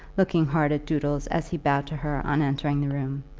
looking hard at doodles, as he bowed to her on entering the room.